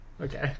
Okay